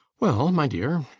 well, my dear,